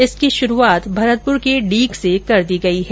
इसकी शुरूआत भरतपुर के डीग से कर दी गई है